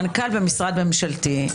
מנכ"ל במשרד ממשלתי,